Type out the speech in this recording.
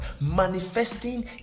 Manifesting